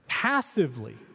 passively